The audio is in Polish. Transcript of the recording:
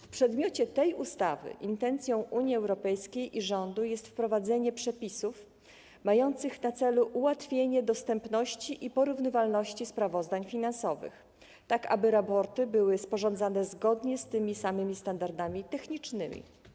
W przedmiocie tej ustawy intencją Unii Europejskiej i rządu jest wprowadzenie przepisów mających na celu ułatwienie dostępności i porównywalności sprawozdań finansowych, tak aby raporty były sporządzane zgodnie z tymi samymi standardami technicznymi.